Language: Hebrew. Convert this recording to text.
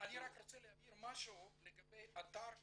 רוצה להבהיר משהו לגבי האתר והעיתון.